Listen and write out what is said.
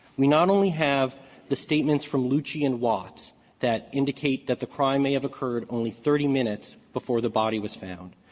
we not only have the statements from luchie and watts that indicate that the crime may have occurred only thirty minutes before the body was found,